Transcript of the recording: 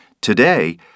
Today